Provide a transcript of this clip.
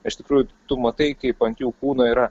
iš tikrųjų tu matai kaip ant jų kūno yra